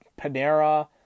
Panera